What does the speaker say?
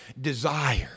desire